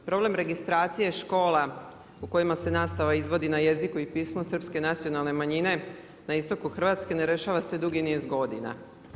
Problem registracije škola u kojima se nastava izvodi na jeziku i pismu Srpske nacionalne manjine na istoku Hrvatske ne rešava se dugi niz godina.